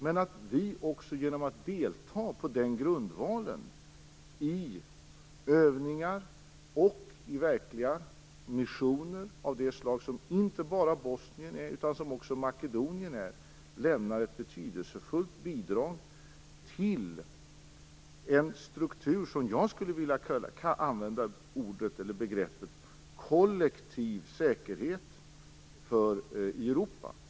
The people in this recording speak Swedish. Genom att vi också deltar på den grundvalen i övningar och i verkliga missioner av det slag som i Bosnien och också i Makedonien lämnar vi ett betydelsefullt bidrag till en struktur för vilken jag skulle vilja använda begreppet kollektiv säkerhet i Europa.